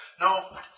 no